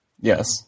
Yes